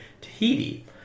Tahiti